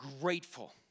grateful